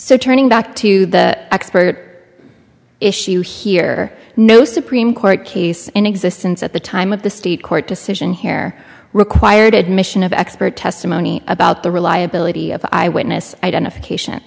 so turning back to the expert issue here no supreme court case in existence at the time of the state court decision here required admission of expert testimony about the reliability of eyewitness identification